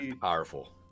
powerful